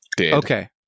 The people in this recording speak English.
okay